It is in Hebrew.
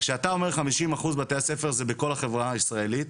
כשאתה אומר חמישים אחוז מבתי הספר זה מכל החברה הישראלית.